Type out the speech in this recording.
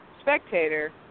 spectator